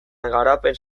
garapen